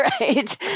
Right